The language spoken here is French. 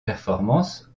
performance